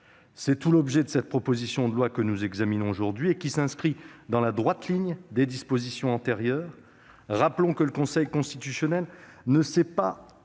C'est tout l'objet de la proposition de loi que nous examinons aujourd'hui, qui s'inscrit dans la droite ligne des dispositions antérieures. Rappelons que le Conseil constitutionnel ne s'est pas